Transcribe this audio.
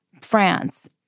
France